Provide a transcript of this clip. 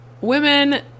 women